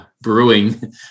Brewing